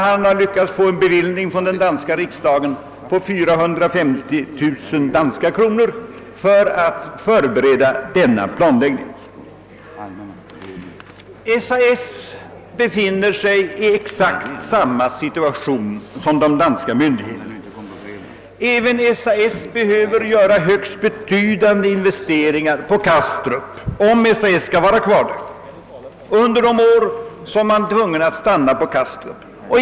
Han har lyckats få ett anslag från den danska riksdagen på 450 000 danska kronor för att förbereda denna planläggning. SAS befinner sig i exakt samma situation som de danska myndigheterna. Även SAS behöver göra högst betydande investeringar på Kastrup under de år som man är tvungen att stanna kvar där.